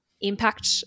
impact